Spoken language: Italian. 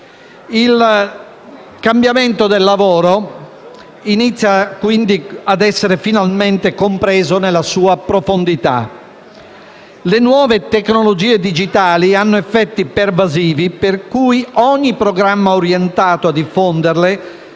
Il cambiamento del lavoro inizia ad essere finalmente compreso nella sua profondità. Le nuove tecnologie digitali hanno effetti pervasivi per cui ogni programma orientato a diffonderle,